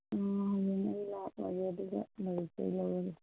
ꯎꯝ ꯍꯌꯦꯡ ꯑꯩ ꯂꯥꯛꯂꯒꯦ ꯑꯗꯨꯒ ꯂꯥꯎꯔꯤꯛꯇꯣ ꯑꯩ ꯂꯩꯔꯒꯦ